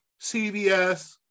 CVS